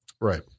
Right